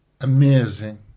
amazing